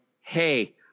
Hey